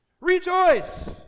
rejoice